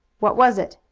what was it?